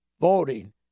voting